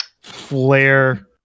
flare